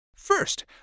First